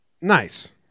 nice